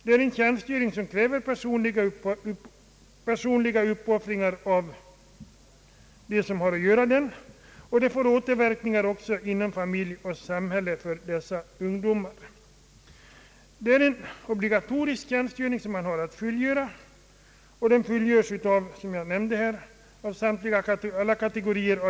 Det är en tjänstgöring som kräver personliga uppoffringar av dem som har att fullgöra den, och den får för dessa ungdomar återverkningar inom familjen och samhället.